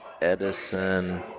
Edison